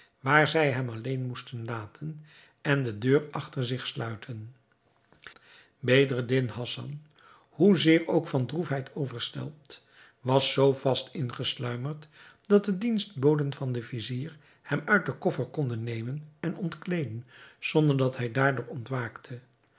waar zij hem alleen moesten laten en de deur achter zich sluiten bedreddin hassan hoezeer ook van droefheid overstelpt was zoo vast ingesluimerd dat de dienstboden van den vizier hem uit den koffer konden nemen en ontkleeden zonder dat hij daardoor ontwaakte